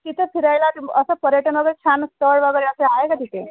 तिथं फिरायला असं पर्यटन वगैरे छान स्थळ वगैरे असे आहे का तिथे